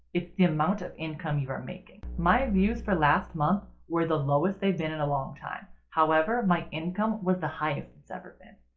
it's the amount of income you are making. my views for last month were the lowest they've been in a long time. however my income was the highest it's ever been.